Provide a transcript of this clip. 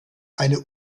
eine